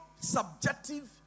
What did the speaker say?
subjective